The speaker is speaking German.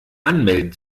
anmelden